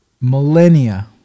millennia